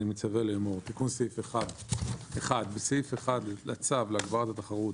אני תיקון סעיף 11. בסעיף 1 לצו להגברת התחרות